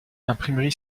imprimerie